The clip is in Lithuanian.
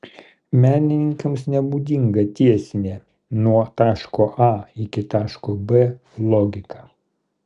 menininkams nebūdinga tiesinė nuo taško a iki taško b logika